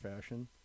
fashion